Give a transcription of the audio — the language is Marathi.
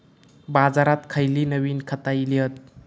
बाजारात खयली नवीन खता इली हत?